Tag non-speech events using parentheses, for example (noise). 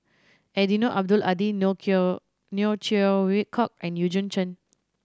Eddino Abdul Hadi (unintelligible) Neo Chwee Kok and Eugene Chen